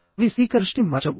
అవి స్పీకర్ దృష్టిని మరల్చవు